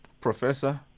Professor